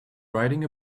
riding